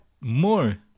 More